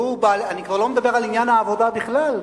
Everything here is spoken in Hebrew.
אני כבר לא מדבר על עניין העבודה בכלל.